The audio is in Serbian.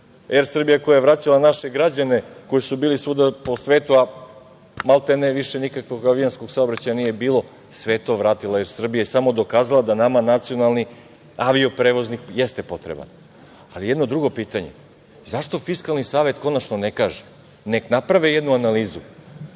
„Er Srbija“ koja je vraćala naše građane koji su bili svuda po svetu, a maltene više nikakvog avionskog saobraćaja više nije bilo, sve je to vratila „Er Srbija“ i samo dokazala da nama nacionalni avio-prevoznik jeste potreban. Ali, jedno drugo pitanje – zašto Fiskalni savet konačno ne kaže, nek naprave jednu analizu